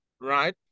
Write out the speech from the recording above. right